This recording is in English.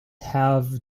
have